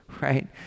Right